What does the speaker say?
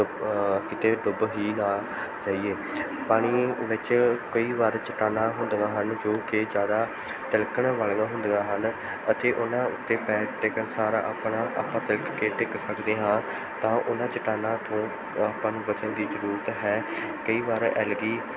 ਕਿਤੇ ਡੁੱਬ ਹੀ ਨਾ ਜਾਈਏ ਪਾਣੀ ਵਿੱਚ ਕਈ ਵਾਰ ਚਟਾਨਾਂ ਹੁੰਦੀਆਂ ਹਨ ਜੋ ਕਿ ਜ਼ਿਆਦਾ ਤਿਲਕਣ ਵਾਲੀਆਂ ਹੁੰਦੀਆਂ ਹਨ ਅਤੇ ਉਹਨਾਂ ਉੱਤੇ ਪੈਰ ਟਿਕਣ ਸਾਰ ਆਪਣਾ ਆਪਾਂ ਤਿਲਕ ਕੇ ਡਿੱਗ ਸਕਦੇ ਹਾਂ ਤਾਂ ਉਹਨਾਂ ਚਟਾਨਾ ਤੋਂ ਆਪਾਂ ਨੂੰ ਬਚਣ ਦੀ ਜ਼ਰੂਰਤ ਹੈ ਕਈ ਵਾਰ ਐਲਗੀ